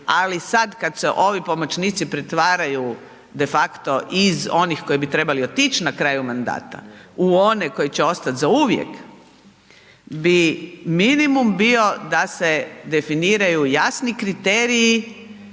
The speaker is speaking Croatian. ali sada kada se ovi pomoćnici pretvaraju de facto iz onih koji bi trebali otići na kraju mandata u one koji će ostati zauvijek, bi minimum bio da se definiraju jasni kriteriji